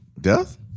death